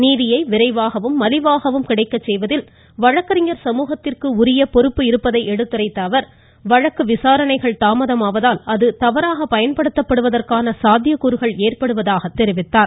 நீதியை விரைவாகவும் மலிவாகவும் கிடைக்கச் செய்வதில் வழக்கறிஞர் சமூகத்திற்கு உரிய பொறுப்பை எடுத்துரைத்த அவர் வழக்கு விசாரணைகள் தாமதமாவதால் அது தவறாக பயன்படுத்துவதற்கான சாத்தியக்கூறுகள் ஏற்படுவதாக தெரிவித்தார்